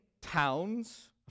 towns